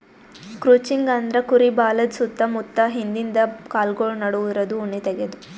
crutching ಅಂದ್ರ ಕುರಿ ಬಾಲದ್ ಸುತ್ತ ಮುತ್ತ ಹಿಂದಿಂದ ಕಾಲ್ಗೊಳ್ ನಡು ಇರದು ಉಣ್ಣಿ ತೆಗ್ಯದು